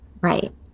Right